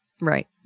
Right